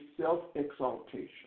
self-exaltation